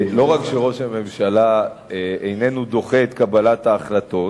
לא רק שראש הממשלה איננו דוחה את קבלת ההחלטות,